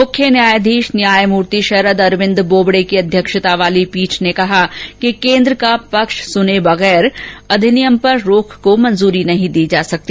मुख्य न्यायधीश न्यायमूर्ति शरद अरविन्द बोबड़े की अध्यक्षता वाली पीठ ने कहा कि केन्द्र का पक्ष सुने बंगैर अधिनियम पर रोक को मंजूरी नहीं दी जा सकती